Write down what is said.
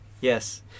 Yes